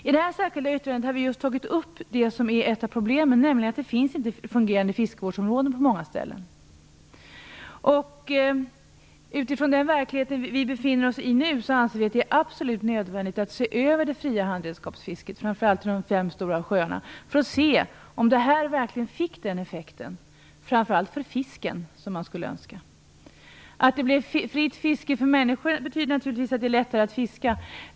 I vårt särskilda yttrande har vi tagit upp ett av problemen, nämligen att det inte finns fungerande fiskevårdsområden på många ställen. Utifrån den verklighet vi befinner oss i nu anser vi att det är absolut nödvändigt att se över det fria handredskapsfisket, framför allt i de fem stora sjöarna, för att se om detta verkligen fick den önskade effekten för i första hand fisken. När vi fick fritt fiske betydde detta naturligtvis att det blev lättare att fiska.